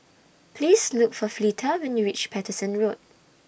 Please Look For Fleeta when YOU REACH Paterson Road